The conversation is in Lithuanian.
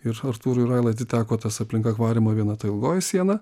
ir artūrui railai atiteko tas aplink akvariumą viena ta ilgoji siena